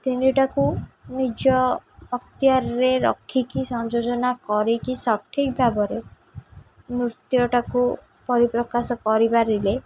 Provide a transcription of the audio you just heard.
ତିନିଟାକୁ ନିଜ ଅକ୍ତିଆର୍ ରଖିକି ସଂଯୋଜନା କରିକି ସଠିକ୍ ଭାବରେ ନୃତ୍ୟଟାକୁ ପରିପ୍ରକାଶ କରିପାରିଲେ